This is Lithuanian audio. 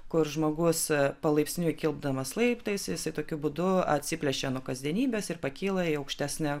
kur žmogus palaipsniui kildamas laiptais jisai tokiu būdu atsiplėšia nuo kasdienybės ir pakyla į aukštesnę